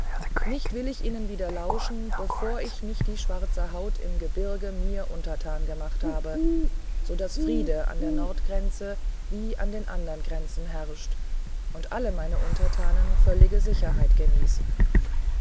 nicht will ich ihnen wieder lauschen bevor ich nicht die schwarze haut im gebirge mir untertan gemacht habe so daß friede an der nordgrenze wie an den anderen grenzen herrscht und alle meine untertanen völlige sicherheit genießen